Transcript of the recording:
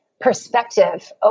perspective